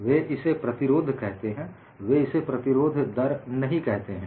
वे इसे प्रतिरोध कहते हैं वे इसे प्रतिरोध दर नहीं कहते हैं